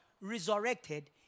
resurrected